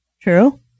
True